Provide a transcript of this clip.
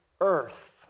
earth